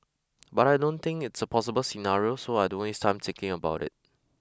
but I don't think it's a possible scenario so I don't waste time thinking about it